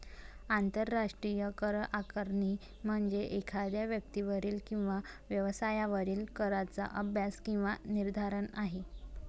आंतरराष्ट्रीय करआकारणी म्हणजे एखाद्या व्यक्तीवरील किंवा व्यवसायावरील कराचा अभ्यास किंवा निर्धारण आहे